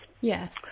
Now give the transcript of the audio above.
Yes